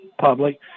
public